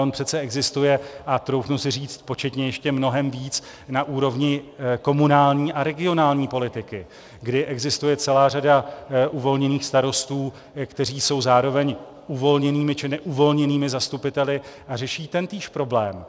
Ale on přece existuje, a troufnu si říct, početně ještě mnohem víc, na úrovni komunální a regionální politiky, kdy existuje celá řada uvolněných starostů, kteří jsou zároveň uvolněnými či neuvolněnými zastupiteli a řeší tentýž problém.